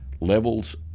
levels